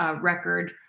record